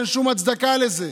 אין שום הצדקה לזה.